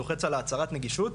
לוחץ על ההצהרת נגישות,